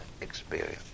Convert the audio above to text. experience